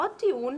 עוד טיעון